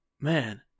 man